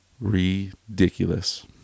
Ridiculous